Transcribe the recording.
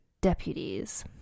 deputies